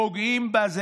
פוגעים בה.